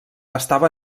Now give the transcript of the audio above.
estava